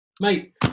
Mate